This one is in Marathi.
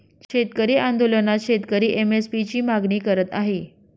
शेतकरी आंदोलनात शेतकरी एम.एस.पी ची मागणी करत आहे